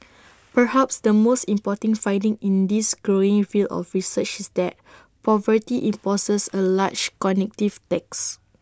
perhaps the most important finding in this growing field of research is that poverty imposes A large cognitive tax